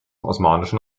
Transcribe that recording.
osmanischen